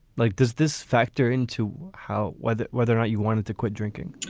like does this factor into how whether whether or not you wanted to quit drinking?